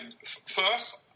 First